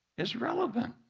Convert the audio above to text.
is relevant.